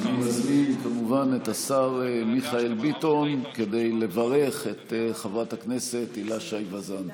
אני מזמין כמובן את השר מיכאל ביטון לברך את חברת הכנסת הילה שי וזאן.